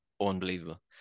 unbelievable